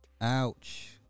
ouch